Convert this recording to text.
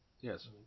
Yes